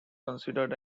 considered